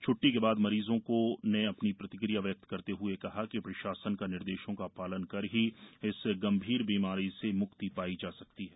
छ्ट्टी के बाद मरीजो ने अपनी प्रतिक्रिया व्यक्त करते हए कहा कि प्रशासन का निर्देशों का पालन कर ही इस गंभीर बीमारी से म्क्ति पाई जा सकती है